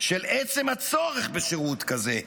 של עצם הצורך בשירות כזה.